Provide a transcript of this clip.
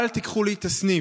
אל תיקחו לי את הסניף,